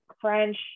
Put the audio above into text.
French